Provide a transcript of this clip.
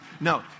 No